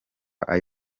kagari